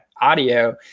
audio